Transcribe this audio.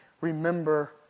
remember